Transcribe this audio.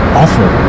awful